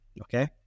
Okay